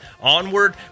onward